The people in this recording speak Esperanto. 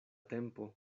tempo